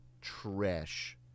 trash